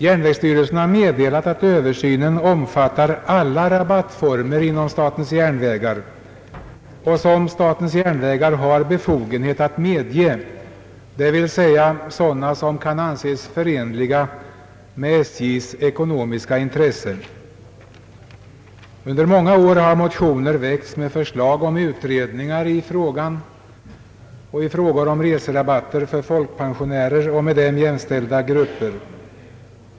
Järnvägsstyrelsen har meddelat, att översynen omfattar alla rabattformer inom statens järnvägar och som statens järnvägar har befogenhet att medge, d.v.s. sådana som kan anses förenliga med SJ:s ekonomiska intressen. Under många år har motioner väckts med förslag om utredningar i denna fråga samt i frågor om reserabatter för folkpensionärer och med dem jämställda grupper.